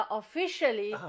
officially